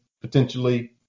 potentially